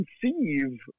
conceive